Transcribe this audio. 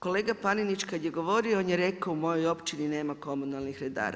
Kolega Panenić kad je govorio, on je rekao, u mojoj općini nema komunalnih redara.